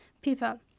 people